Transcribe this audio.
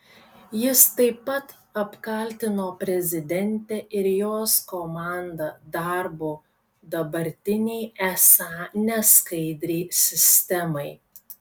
jis taip pat apkaltino prezidentę ir jos komandą darbu dabartinei esą neskaidriai sistemai